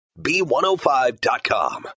B105.com